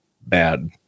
bad